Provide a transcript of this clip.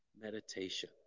meditation